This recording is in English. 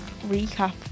recap